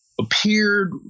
appeared